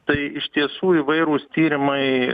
tai iš tiesų įvairūs tyrimai